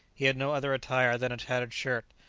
he had no other attire than a tattered shirt,